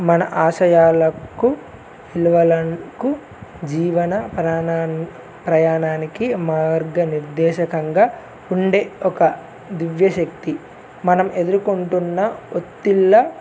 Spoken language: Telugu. మన ఆశయాలకు విలువలకు జీవన ప్రణా ప్రయాణానికి మార్గనిర్దేశకంగా ఉండే ఒక దివ్యశక్తి మనం ఎదుర్కొంటున్న ఒత్తిళ్ళ